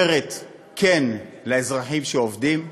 אומרת "כן" לאזרחים שעובדים.